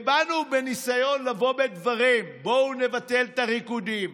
באנו בניסיון לבוא בדברים: בואו נבטל את הריקודים,